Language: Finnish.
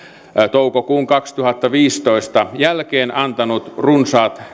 toukokuun kaksituhattaviisitoista jälkeen antanut runsaat